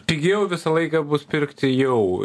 pigiau visą laiką bus pirkti jau